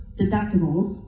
deductibles